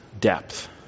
depth